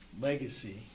legacy